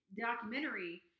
documentary